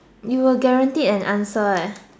you were guaranteed an answer eh